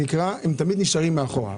הציבוריים נשארים מאחורה.